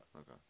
Okay